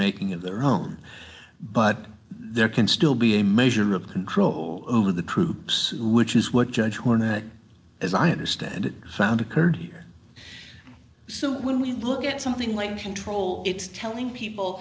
making of their home but there can still be a measure of control over the troops which is what judge when the as i understand it sound occurred here so when we look at something like control it's telling people